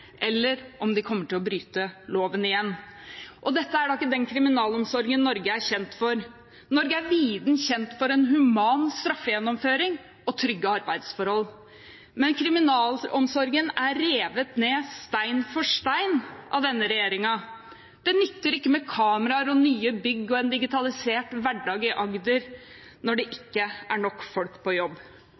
eller om man kommer til å bryte loven igjen. Dette er ikke den kriminalomsorgen Norge er kjent for. Norge er viden kjent for en human straffegjennomføring og trygge arbeidsforhold. Men kriminalomsorgen er revet ned stein for stein av denne regjeringen. Det nytter ikke med kameraer, nye bygg og en digitalisert hverdag i Agder når det ikke er nok folk på jobb.